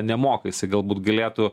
nemoka jisai galbūt galėtų